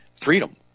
freedom